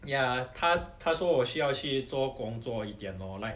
ya 他他说我需要去做工作一点 lor like